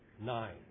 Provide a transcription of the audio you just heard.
nine